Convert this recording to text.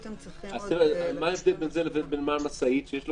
אז מה ההבדל בין זה לבין בעל משאית שיש לו